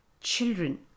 Children